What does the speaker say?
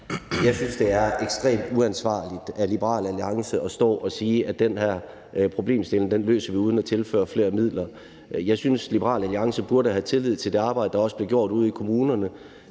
Jeg synes, det er ekstremt uansvarligt af Liberal Alliance at stå og sige, at den her problemstilling løser vi uden at tilføre flere midler. Jeg synes, Liberal Alliance burde have tillid til det arbejde, der også bliver gjort ude i kommunerne,